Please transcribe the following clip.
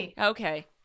Okay